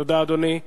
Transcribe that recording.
תודה, אדוני.